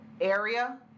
area